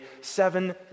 seven